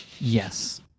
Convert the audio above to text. Yes